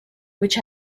which